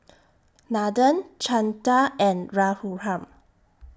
Nathan Chanda and Raghuram